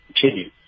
continue